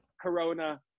Corona